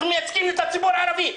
אנחנו מייצגים את הציבור הערבי.